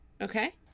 Okay